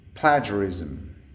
Plagiarism